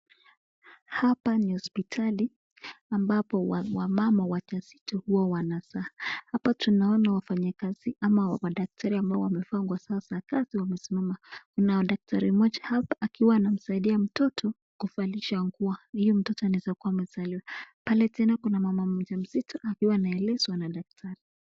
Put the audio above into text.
Hapa ni hospitali ambapo wamama wajazito huwa wanazaa. Hapa tunaona wafanyikazi ama madaktari ambao wamevaa nguo zao kazi wakisimama, kuna dakatari mmoja hapa akiwa anamsaidia mtoto kubadilishwa nguo huyu mtoto anaweza kuwa amezaliwa. Pale tena kuna mama mjamzito akiwa anaelezwa na daktari.